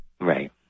Right